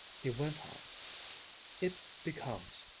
he went on it becomes,